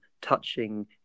touching